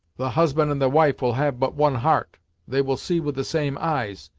the husband and the wife will have but one heart they will see with the same eyes,